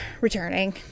returning